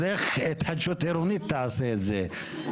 אז איך התחדשות עירונית תעשה את זה.